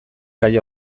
gaia